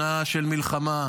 שנה של מלחמה.